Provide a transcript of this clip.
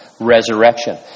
resurrection